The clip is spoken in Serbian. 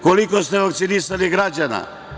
Koliko ste vakcinisali građana?